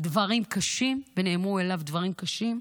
דברים קשים, ונאמרו לו דברים קשים,